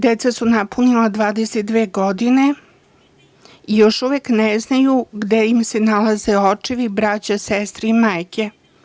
Deca su napunila 22 godine i još uvek ne znaju gde im se nalaze očevi, braća, sestre i majke.